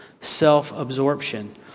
self-absorption